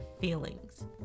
feelings